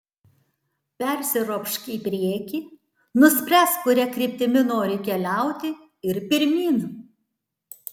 persiropšk į priekį nuspręsk kuria kryptimi nori keliauti ir pirmyn